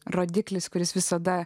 rodiklis kuris visada